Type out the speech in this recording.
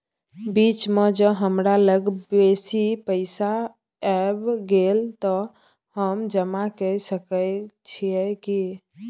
बीच म ज हमरा लग बेसी पैसा ऐब गेले त हम जमा के सके छिए की?